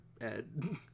Ed